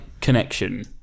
connection